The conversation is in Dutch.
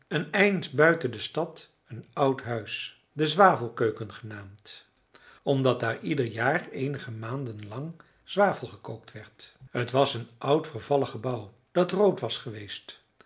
een eind buiten de stad een oud huis de zwavelkeuken genaamd omdat daar ieder jaar eenige maanden lang zwavel gekookt werd t was een oud vervallen gebouw dat rood was geweest